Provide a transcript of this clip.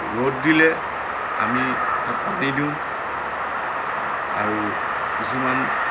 ৰ'দ দিলে আমি তাত পানী দিওঁ আৰু কিছুমান